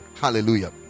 Hallelujah